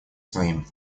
своим